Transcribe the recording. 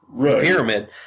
pyramid